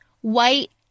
white